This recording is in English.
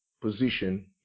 position